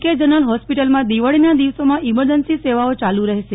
કે જનરલ હોસ્પીટલમાં દિવાળીના દિવસોમાં ઈમરજન્સી સેવાઓ યાલુ રહેશે